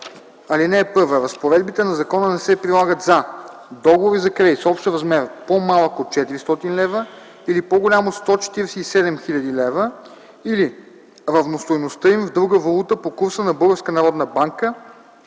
„Чл. 4. (1) Разпоредбите на закона не се прилагат за: 1. договори за кредит с общ размер, по-малък от 400 лв. или по-голям от 147 000 лв., или равностойността им в друга валута по курса на